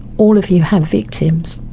all of you have victims,